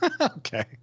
Okay